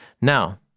Now